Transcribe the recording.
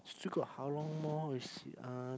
still got how long more you see uh